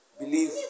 believe